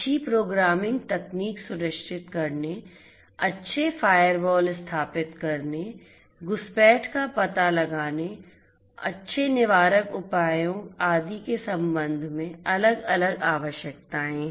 अच्छी प्रोग्रामिंग तकनीक सुनिश्चित करने अच्छे फायरवॉल स्थापित करने घुसपैठ का पता लगाने अच्छे निवारक उपायों आदि के संबंध में अलग अलग आवश्यकताएं हैं